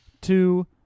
two